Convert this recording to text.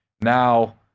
Now